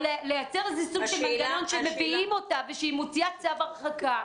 או ליצור מנגנון שמביאים אותה ושהיא מוציאה צו הרחקה.